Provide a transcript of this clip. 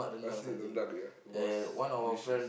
nasi rendang yeah it was delicious